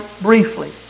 briefly